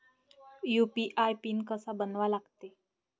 UPI PIN कसा बनवा लागते?